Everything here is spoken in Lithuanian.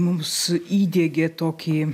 mums įdiegė tokį